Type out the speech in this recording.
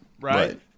right